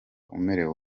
umerewe